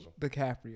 DiCaprio